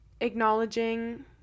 acknowledging